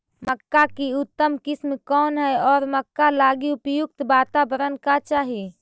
मक्का की उतम किस्म कौन है और मक्का लागि उपयुक्त बाताबरण का चाही?